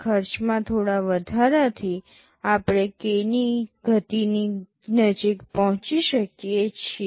ખર્ચમાં થોડા વધારાથી આપણે k ની ગતિની નજીક પહોંચી શકીએ છીએ